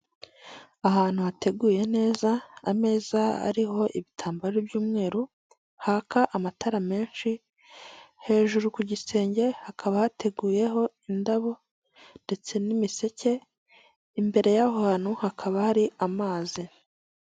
Ahantu hateguye neza ameza ariho ibitambaro by'umweru haka amatara menshi, hejuru ku gisenge hakaba hateguyeho indabo ndetse n'imiseke, imbere yaho hantu hakaba hari amazi.